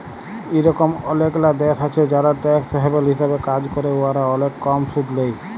ইরকম অলেকলা দ্যাশ আছে যারা ট্যাক্স হ্যাভেল হিসাবে কাজ ক্যরে উয়ারা অলেক কম সুদ লেই